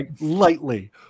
lightly